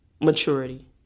maturity